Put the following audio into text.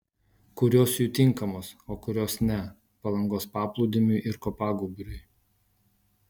kurios jų tinkamos o kurios ne palangos paplūdimiui ir kopagūbriui